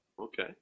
Okay